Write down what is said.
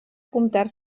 comptar